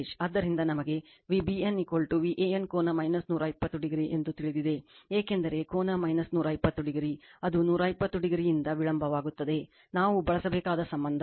ಆದ್ದರಿಂದ ನಮಗೆ V BN Van ಕೋನ 120o ಎಂದು ತಿಳಿದಿದೆ ಏಕೆಂದರೆ ಕೋನ 120o ಅದು 120 oಇಂದ ವಿಳಂಬವಾಗುತ್ತದೆ ನಾವು ಬಳಸಬೇಕಾದ ಸಂಬಂಧ